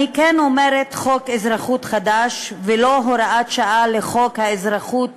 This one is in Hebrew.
ואני אומרת חוק אזרחות חדש ולא הוראת שעה לחוק האזרחות